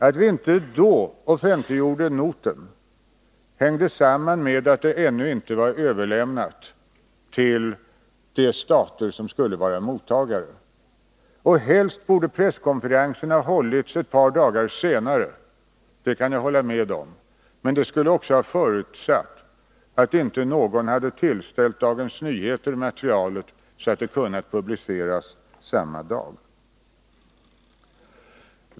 Att vi inte då offentliggjorde noten hängde samman med att den ännu inte var överlämnad till de stater som skulle vara mottagare. Helst borde presskonferensen ha hållits ett par dagar senare — det kan jag hålla med om. Men det skulle också ha förutsatt att inte någon hade tillställt Dagens Nyheter materialet så att det kunnat publiceras samma dag.